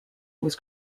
was